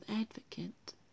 advocate